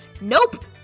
Nope